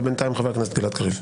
אבל בינתיים חבר הכנסת גלעד קריב.